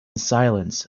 silence